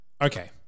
Okay